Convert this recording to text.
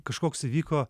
kažkoks įvyko